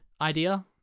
idea